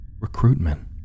recruitment